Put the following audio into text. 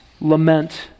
lament